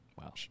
Wow